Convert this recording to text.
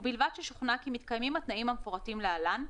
ובלבד ששוכנע כי מתקיימים התנאים המפורטים להלן,